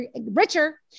richer